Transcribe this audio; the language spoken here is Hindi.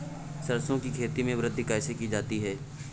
सरसो की खेती में वृद्धि कैसे की जाती है?